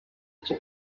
cye